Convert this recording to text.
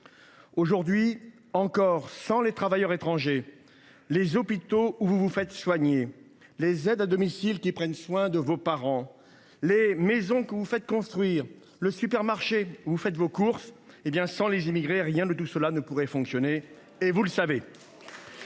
Aujourd’hui encore, sans les travailleurs étrangers, les hôpitaux où vous vous faites soigner, les services d’aide à domicile qui prennent soin de vos parents, les maisons que vous faites construire, les supermarchés où vous faites vos courses, rien de tout cela ne pourrait fonctionner, et vous le savez